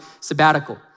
sabbatical